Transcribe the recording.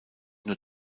nur